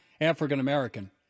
African-American